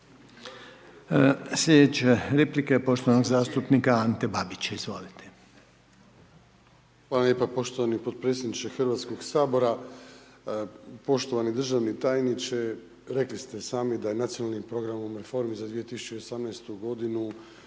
Sljedeća replika je poštovanog zastupnika Ante Babića, izvolite. **Babić, Ante (HDZ)** Hvala vam lijepo gospodine potpredsjedniče Hrvatskog sabora, poštovani državni tajniče, rekli ste sami da je nacionalnim programom reformi za 2018. godinu